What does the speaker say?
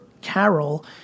Carol